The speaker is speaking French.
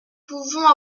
pouvons